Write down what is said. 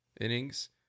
innings